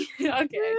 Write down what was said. okay